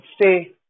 stay